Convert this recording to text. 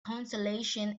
consolation